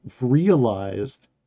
realized